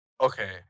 Okay